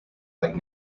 like